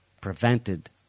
prevented